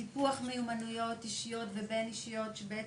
טיפוח מיומנויות אישיות ובינאישיות שבעצם,